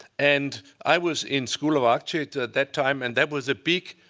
and i was in school of architecture at that time, and that was the big